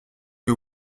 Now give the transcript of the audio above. que